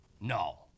No